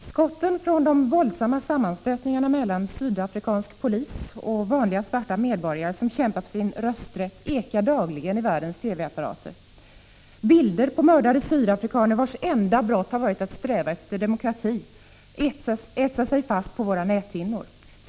Herr talman! Skotten från de våldsamma sammanstötningarna mellan sydafrikansk polis och vanliga svarta medborgare som kämpar för sin rösträtt ekar dagligen i världens TV-apparater. Bilder på mördade sydafrikaner, vars enda brott varit att sträva efter demokrati, etsar sig fast på våra näthinnor.